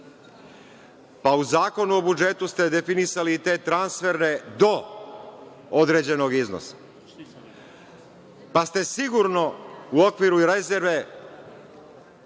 Pa, u Zakonu o budžetu ste definisali i te transferne do određenog iznosa. Pa, ste sigurno u okviru i rezerve